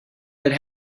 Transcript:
had